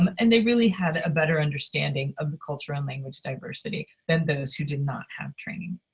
um and they really had a better understanding of the cultural language diversity than those who did not have training.